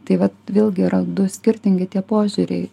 tai vat vėlgi yra du skirtingi tie požiūriai